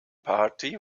party